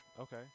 okay